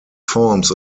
forms